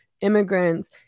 immigrants